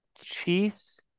Chiefs